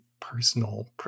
Personal